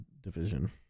Division